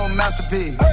masterpiece